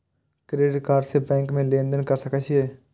Credit card से bank में लेन देन कर सके छीये?